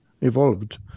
evolved